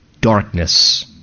darkness